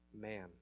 man